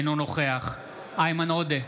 אינו נוכח איימן עודה,